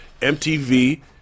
MTV